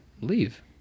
Leave